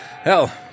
Hell